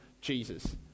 Jesus